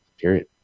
Period